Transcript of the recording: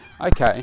okay